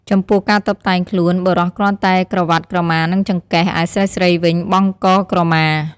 ចំពោះការតុបតែងខ្លួន បុរសគ្រាន់តែក្រវាត់ក្រមានឹងចង្កេះ ឯស្រីៗវិញបង់កក្រមា ។